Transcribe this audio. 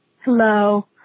Hello